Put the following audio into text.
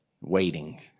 Waiting